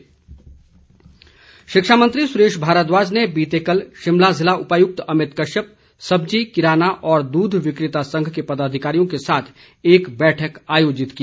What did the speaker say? सुरेश भारद्वाज शिक्षा मंत्री सुरेश भारद्वाज ने बीते कल शिमला जिला उपायुक्त अमित कश्यप सब्जी किराना और दूध विकेता संघ के पदाधिकारियों के साथ एक बैठक आयोजित की